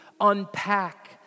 unpack